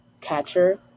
Catcher